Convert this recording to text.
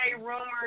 rumors